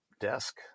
desk